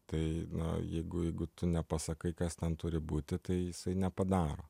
tai na jeigu jeigu tu nepasakai kas ten turi būti tai jisai nepadaro